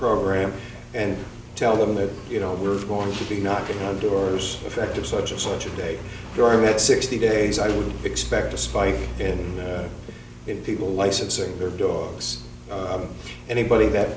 program and tell them that you know we're going to be knocking on doors effective such and such a day during that sixty days i would expect a spike in in people licensing their dogs anybody that